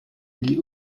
gli